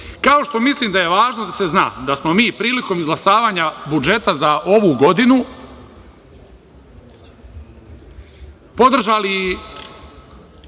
kao što mislim da je važno da se zna da smo mi prilikom izglasavanja budžeta za ovu godinu podržali